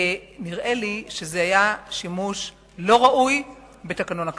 נראה לי שזה היה שימוש לא ראוי בתקנון הכנסת.